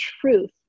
truth